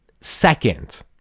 second